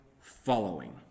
following